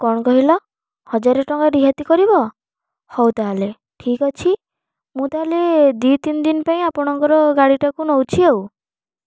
କ'ଣ କହିଲ ହଜାର ଟଙ୍କା ରିହାତି କରିବ ହଉ ତାହେଲେ ଠିକ୍ ଅଛି ମୁଁ ତାହେଲେ ଦୁଇ ତିନି ଦିନ ପାଇଁ ଆପଣଙ୍କର ଗାଡ଼ିଟାକୁ ନେଉଛି ଆଉ